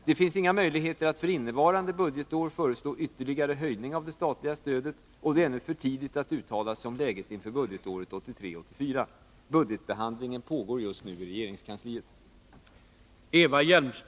Det finns inga möjkgheter att för innevarande budgetår föreslå ytterligare höjning av det statliga stödet, och det är ännu för tidigt att uttala sig om läget inför budgetåret 1983/84. Budgetbehandlingen pågår just nu i regeringskansliet.